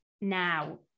now